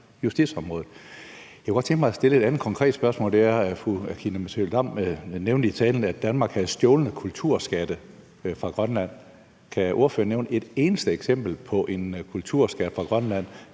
justitsområdet. Jeg kunne godt tænke mig at stille et andet konkret spørgsmål. Fru Aki-Matilda Høegh-Dam nævnte i talen, at Danmark havde stjålne kulturskatte fra Grønland. Kan ordføreren nævne et eneste eksempel på en kulturskat fra Grønland,